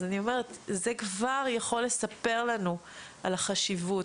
אז אני אומרת: זה כבר יכול לספר לנו על החשיבות.